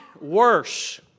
worse